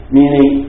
meaning